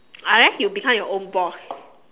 unless you become your own boss